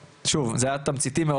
שוב, זה היה תמציתי מאוד.